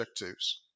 objectives